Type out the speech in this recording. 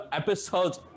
episodes